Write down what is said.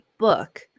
Book